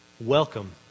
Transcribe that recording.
Welcome